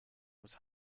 was